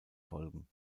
folgen